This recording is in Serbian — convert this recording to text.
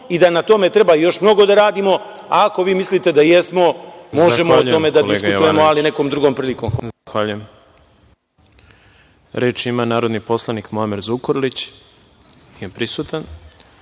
i da na tome treba još mnogo da radimo, a ako vi mislite da jesmo, možemo o tome da diskutujemo, ali nekom drugom prilikom.